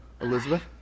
Elizabeth